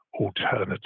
alternative